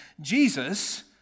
Jesus